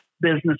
business